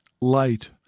light